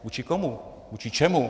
Vůči komu, vůči čemu?